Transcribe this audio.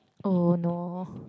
oh no